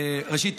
ראשית,